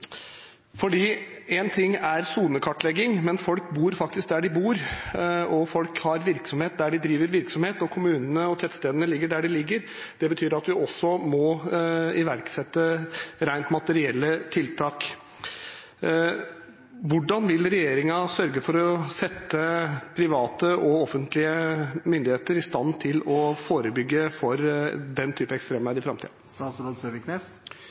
ting er sonekartlegging, men folk bor faktisk der de bor, folk har virksomhet der de driver virksomhet, og kommunene og tettstedene ligger der de ligger. Det betyr at vi også må iverksette rent materielle tiltak. Hvordan vil regjeringen sørge for å sette offentlige myndigheter og private i stand til å forebygge for den